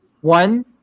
One